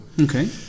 Okay